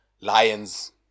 lions